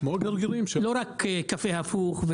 לא רק קפה הפוך,